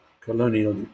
colonial